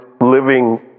living